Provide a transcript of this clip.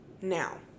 Now